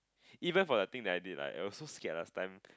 even for the thing that I did right I was so scared last time